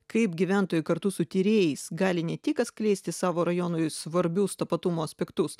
kaip gyventojai kartu su tyrėjais gali ne tik atskleisti savo rajonui svarbius tapatumo aspektus